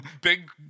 big